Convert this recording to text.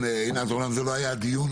עינת, אמנם זה לא היה הדיון.